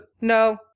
no